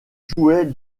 jouait